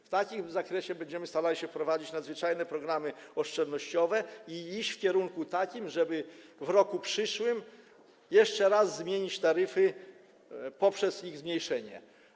W takim zakresie będziemy starali się wprowadzić nadzwyczajne programy oszczędnościowe i iść w takim kierunku, żeby w roku przyszłym jeszcze raz zmienić taryfy poprzez ich zmniejszenie.